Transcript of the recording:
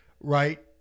Right